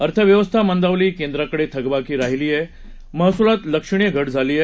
अर्थव्यवस्था मंदावली केंद्राकडे थकबाकी राहिलीय महसुलात लक्षणीय घट झालीय